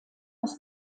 aus